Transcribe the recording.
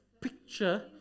picture